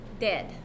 Dead